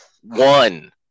One